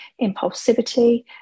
impulsivity